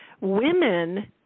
Women